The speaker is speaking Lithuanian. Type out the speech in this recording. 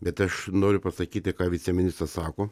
bet aš noriu pasakyti ką viceministras sako